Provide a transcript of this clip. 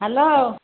hello